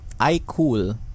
iCool